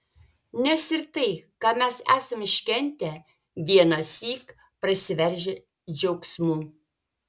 nes ir tai ką mes esam iškentę vienąsyk prasiveržia džiaugsmu